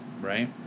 Right